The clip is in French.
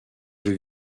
jeux